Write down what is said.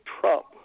Trump